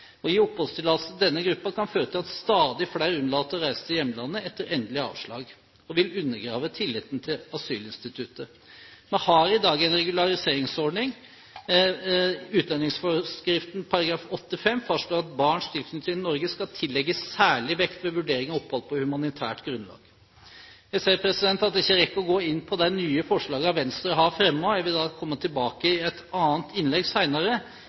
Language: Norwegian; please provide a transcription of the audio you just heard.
gi oppholdstillatelse til denne gruppen kan føre til at stadig flere unnlater å reise til hjemlandet etter endelig avslag, og vil undergrave tilliten til asylinstituttet. Vi har i dag en regulariseringsordning. Utlendingsforskriften § 8-5 fastslår at barns tilknytning til Norge skal tillegges særlig vekt ved vurderingen av opphold på humanitært grunnlag. Jeg ser at jeg ikke rekker å gå inn på de nye forslagene som Venstre har fremmet. Jeg vil komme tilbake til det i et annet innlegg